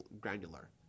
granular